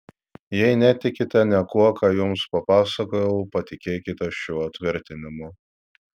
jei netikite niekuo ką jums papasakojau patikėkite šiuo tvirtinimu